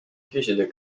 küsida